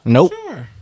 Nope